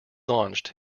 launched